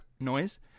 noise